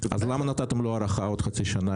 אז למה נתתם לו הארכה של עוד חצי שנה